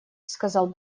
сказал